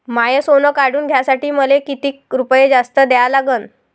माय सोनं काढून घ्यासाठी मले कितीक रुपये जास्त द्या लागन?